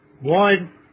one